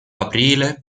aprile